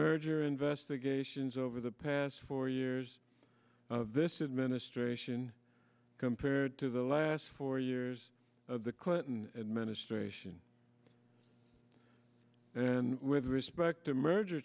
merger investigations over the past four years this is ministration compared to the last four years of the clinton administration and with respect to merger